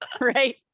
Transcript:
right